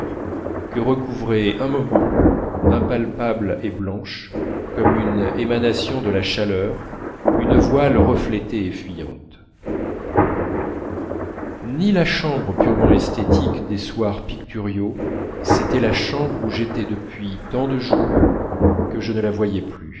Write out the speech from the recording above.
que recouvrait un moment impalpable et blanche comme une émanation de la chaleur une voile reflétée et fuyante ni la chambre purement esthétique des soirs picturaux c'était la chambre où j'étais depuis tant de jours que je ne la voyais plus